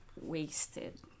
wasted